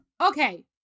Okay